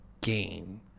game